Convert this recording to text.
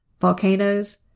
volcanoes